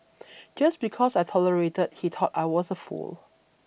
just because I tolerated he thought I was a fool